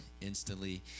instantly